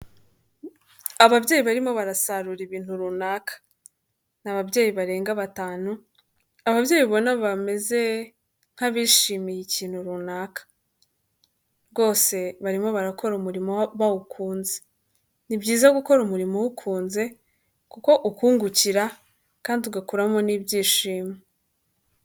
Ababyeyi barimo barasarura ibintu runaka, ni ababyeyi barenga batanu, ababyeyi ubona bameze nk'abishimiye ikintu runaka, rwose barimo barakora umurimo bawukunze, ni byiza gukora umurimo uwukunze kuko ukungukira kandi ugakuramo n'ibyishimo.